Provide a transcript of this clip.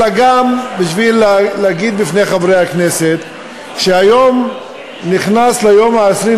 אלא גם בשביל להגיד לחברי הכנסת שהיום נכנס ליום ה-23